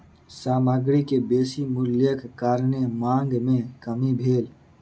सामग्री के बेसी मूल्यक कारणेँ मांग में कमी भेल